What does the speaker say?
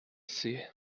see